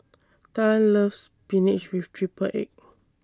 Tal loves Spinach with Triple Egg